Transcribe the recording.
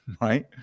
right